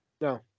No